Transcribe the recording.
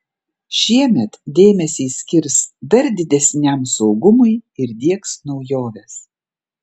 šiemet dėmesį skirs dar didesniam saugumui ir diegs naujoves